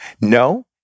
No